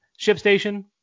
ShipStation